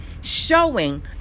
Showing